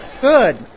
Good